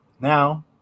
now